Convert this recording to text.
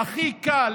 שהכי קל